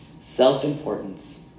self-importance